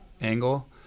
angle